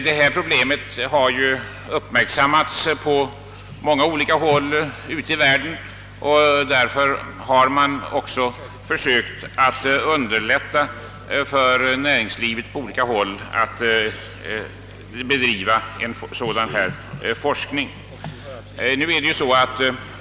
Detta problem har uppmärksammats på många håll ute i världen, och därför har man överallt försökt underlätta för näringslivet att bedriva forskning.